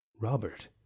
Robert